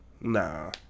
nah